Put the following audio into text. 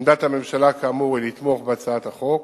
עמדת הממשלה, כאמור, היא לתמוך בהצעת החוק,